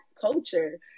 culture